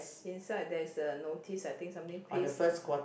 inside there is the notice I think something paste